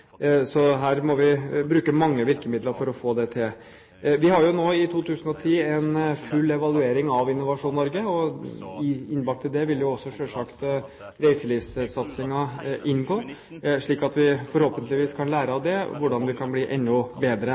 Så vi må bruke mange virkemidler for å få det til. Vi har nå en full evaluering av Innovasjon Norge. Innbakt i det vil selvsagt også reiselivssatsingen være, slik at vi av det forhåpentligvis kan lære hvordan vi kan bli enda bedre.